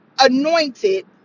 anointed